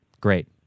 Great